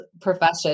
profession